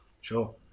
Sure